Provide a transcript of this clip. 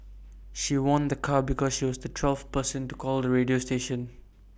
she won A car because she was the twelfth person to call the radio station